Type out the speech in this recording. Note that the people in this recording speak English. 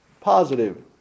positive